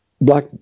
black